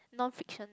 non fiction